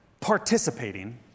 participating